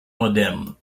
moderne